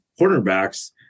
cornerbacks